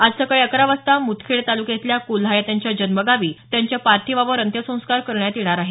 आज सकाळी अकरा वाजता मुदखेड तालुक्यातल्या कोल्हा या त्यांच्या जन्मगावी त्यांच्या पार्थिवावर अंत्यसंस्कार करण्यात येणार आहेत